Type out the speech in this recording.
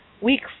week